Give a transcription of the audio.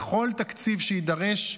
בכל תקציב שיידרש,